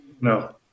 no